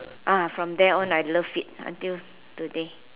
ah from then on I love it until today